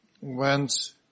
went